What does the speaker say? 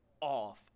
off